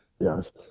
Yes